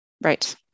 Right